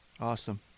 Awesome